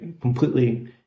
completely